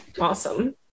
Awesome